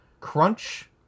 Crunch